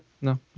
no